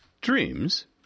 Dreams